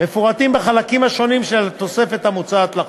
מפורטים בחלקים השונים של התוספת המוצעת לחוק,